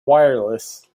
wireless